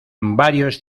varios